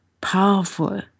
powerful